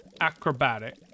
acrobatic